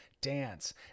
dance